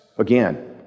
Again